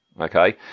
okay